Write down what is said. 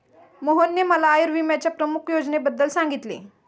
मोहनने मला आयुर्विम्याच्या प्रमुख योजनेबद्दल सांगितले